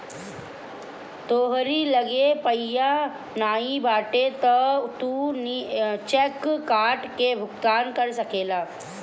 तोहरी लगे पइया नाइ बाटे तअ तू चेक काट के भुगतान कर सकेला